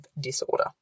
disorder